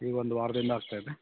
ಈಗ ಒಂದು ವಾರದಿಂದ ಆಗ್ತಾಯಿದೆ